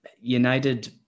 United